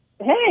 Hey